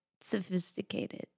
sophisticated